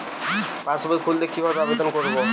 পাসবই খুলতে কি ভাবে আবেদন করব?